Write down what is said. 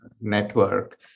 network